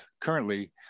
currently